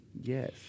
Yes